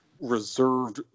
reserved